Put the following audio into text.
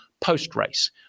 post-race